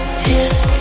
tears